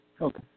Okay